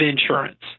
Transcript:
insurance